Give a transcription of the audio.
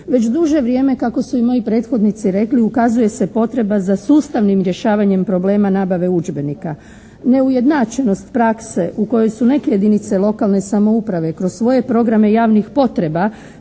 Već duže vrijeme kako su i moji prethodnici rekli ukazuje se potreba za sustavnim rješavanjem problema nabave udžbenika. Neujednačenost prakse u kojoj su neke jedinice lokalne samouprave kroz svoje programe javnih potreba